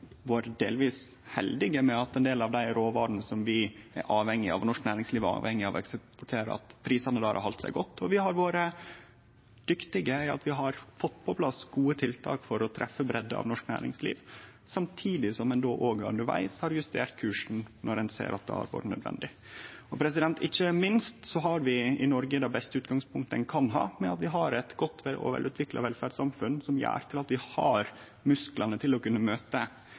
vore delvis heldig med at prisane på ein del av dei råvarene som vi er avhengige av, som norsk næringsliv er avhengige av, har halde seg godt, og vi har vore dyktige i at vi har fått på plass gode tiltak for treffe breidda av norsk næringsliv, samtidig som ein undervegs har justert kursen når ein har sett at det har vore nødvendig. Ikkje minst har vi i Noreg det beste utgangspunktet ein kan ha, med at vi har eit godt og velutvikla velferdssamfunn som gjer at vi har musklar til å kunne møte